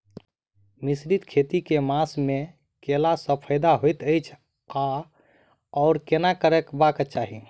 मिश्रित खेती केँ मास मे कैला सँ फायदा हएत अछि आओर केना करबाक चाहि?